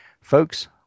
folks